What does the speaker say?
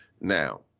Now